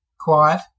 quiet